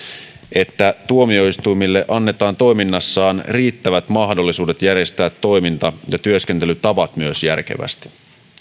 että tuomioistuimille annetaan toiminnassaan riittävät mahdollisuudet järjestää myös toiminta ja työskentelytavat järkevästi